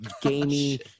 gamey